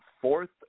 fourth